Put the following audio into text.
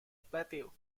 plateau